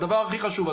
הדבר הכי חשוב,